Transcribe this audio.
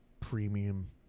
Premium